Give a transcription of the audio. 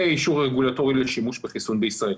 אישור רגולטורי לשימוש בחיסון בישראל.